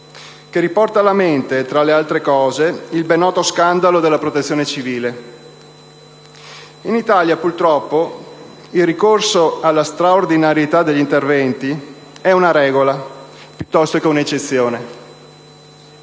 che riporta alla mente, tra le altre cose, il ben noto scandalo della Protezione civile. In Italia, purtroppo, il ricorso alla straordinarietà degli interventi è una regola piuttosto che un'eccezione.